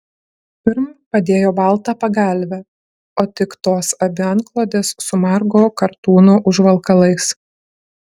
pirm padėjo baltą pagalvę o tik tos abi antklodes su margo kartūno užvalkalais